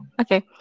Okay